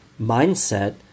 mindset